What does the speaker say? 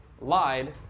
lied